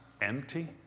empty